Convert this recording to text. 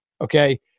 Okay